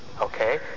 okay